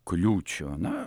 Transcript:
kliūčių na